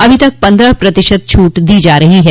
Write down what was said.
अभी तक पन्द्रह प्रतिशत छूट दी जा रही है